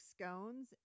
scones